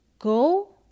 Go